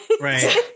Right